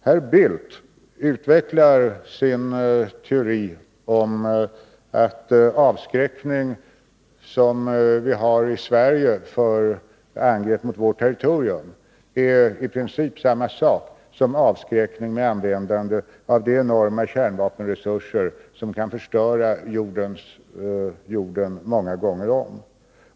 Herr Bildt utvecklar sin teori om att den avskräckning som vi har i Sverige för angrepp mot vårt territorium i princip är samma sak som avskräckning med användande av de enorma kärnvapenresurser som kan förstöra jorden Nr 31 många gånger om.